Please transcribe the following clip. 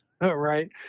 right